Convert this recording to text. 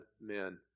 men